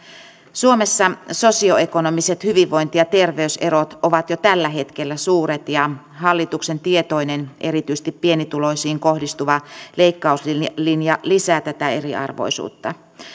suomessa sosioekonomiset hyvinvointi ja terveyserot ovat jo tällä hetkellä suuret ja hallituksen tietoinen erityisesti pienituloisiin kohdistuva leikkauslinja lisää tätä eriarvoisuutta